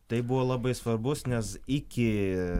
tai buvo labai svarbus nes iki